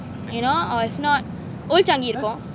you know or if not ஓச்சாங்கி இருக்கும்:ochangi irukum